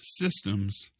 systems